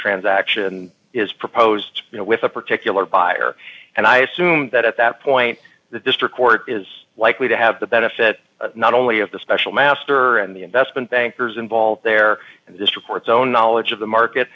transaction is proposed with a particular buyer and i assume that at that point the district court is likely to have the benefit not only of the special master and the investment bankers involved there in this report so knowledge of the market